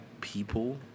people